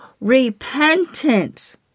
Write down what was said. repentance